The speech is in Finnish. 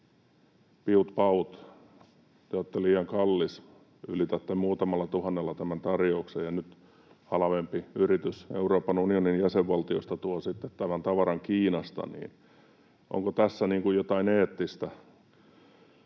piut paut: te olette liian kallis, ylitätte muutamalla tuhannella tämän tarjouksen, ja nyt halvempi yritys Euroopan unionin jäsenvaltiosta tuo sitten tämän tavaran Kiinasta? Onko tässä jotain eettistä?